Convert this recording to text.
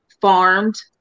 farmed